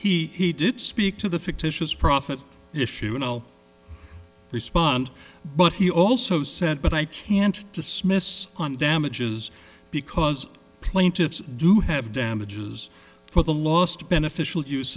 t he did speak to the fictitious profit issue in l respond but he also said but i can't dismiss on damages because plaintiffs do have damages for the last beneficial use